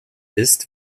ist